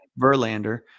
Verlander